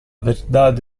verdad